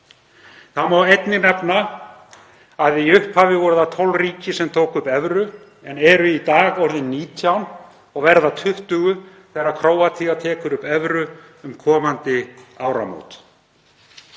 Þá má einnig nefna að í upphafi voru það 12 ríki sem tóku upp evru en eru í dag orðin 19 og verða 20 þegar Króatía tekur upp evru um komandi áramót.